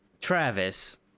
Travis